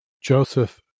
Joseph